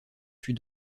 fut